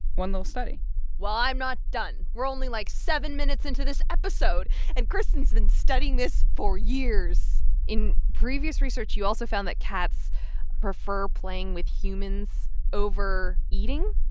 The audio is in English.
one little study well, i'm not done. we're only, like, seven minutes into this episode. and kristyn's been studying this for years in previous research, you also found that cats prefer playing with humans over eating.